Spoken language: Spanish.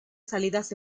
salidas